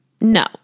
No